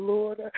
Lord